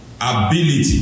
ability